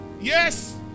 Yes